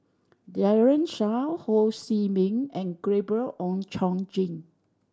Daren Shiau Ho See Beng and Gabriel Oon Chong Jin